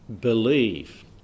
believe